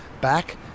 back